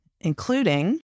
including